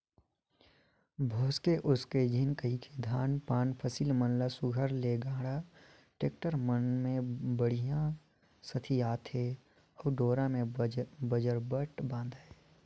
भोसके उसके झिन कहिके धान पान फसिल मन ल सुग्घर ले गाड़ा, टेक्टर मन मे बड़िहा सथियाथे अउ डोरा मे बजरबट बांधथे